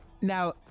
Now